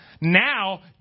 Now